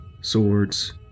swords